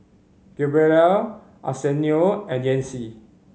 gabrielle Arsenio and Yancy